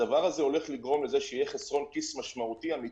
הדבר הזה יגרום לזה שיהיה חסרון כיס משמעותי אמיתי,